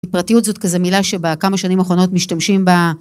פרטיות זאת כזה מילה שבכמה שנים האחרונות משתמשים בה